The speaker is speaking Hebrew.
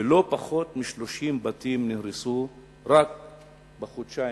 ולא פחות מ-30 בתים נהרסו רק בחודשיים,